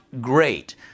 great